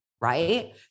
right